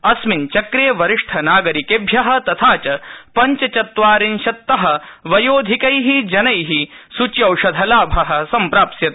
अस्मिन् चक्रे वरिष्ठ नागरिकेभ्य तथा च पञ्चत्वारिंशत्त वयोधिक जना सूच्यौषधलाभ सम्प्राप्स्यते